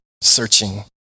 searching